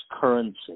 currency